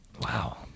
Wow